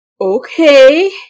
okay